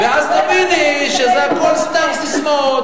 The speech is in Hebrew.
ואז תביני שזה הכול סתם ססמאות.